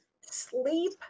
Sleep